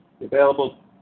available